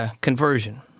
conversion